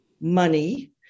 money